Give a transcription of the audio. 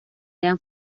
hallan